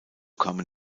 kamen